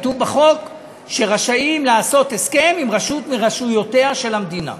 כתוב בחוק שרשאים לעשות הסכם עם רשות מרשויותיה של המדינה.